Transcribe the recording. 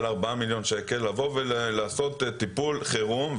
4 מיליון שקלים כדי לעשות טיפול חירום.